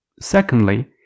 Secondly